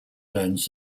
learns